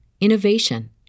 innovation